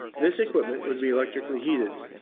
this equipment would be electrically heated.